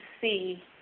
see